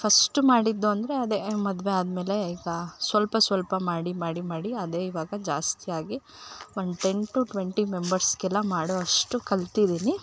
first ಮಾಡಿದ್ದು ಅಂದರೆ ಅದೇ ಮದುವೆ ಆದಮೇಲೆ ಈಗ ಸ್ವಲ್ಪ ಸ್ವಲ್ಪ ಮಾಡಿ ಮಾಡಿ ಮಾಡಿ ಅದೇ ಇವಾಗ ಜಾಸ್ತಿಯಾಗಿ ಒನ್ ಟೆನ್ ಟು ಟ್ವೆಂಟಿ ಮೆಂಬರ್ಸ್ಗೆಲ್ಲ ಮಾಡೋವಷ್ಟು ಕಲ್ತಿದ್ದೀನಿ